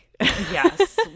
yes